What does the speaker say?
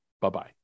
Bye-bye